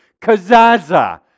Kazaza